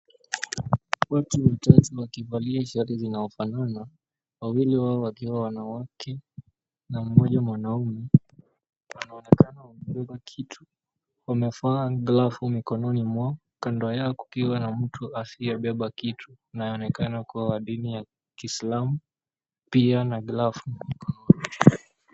Watu watatu wakivalia shati zinazofanana wawili wao wakiwa wanawake na mmoja mwanaume wanaonekana wamebeba kitu wamevaa glavu, kando yao kukiwa na mtu asiyebeba kitu anaonekana kuwa wa dini ya kisilamu pia na glavu.